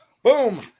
Boom